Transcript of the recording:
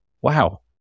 Wow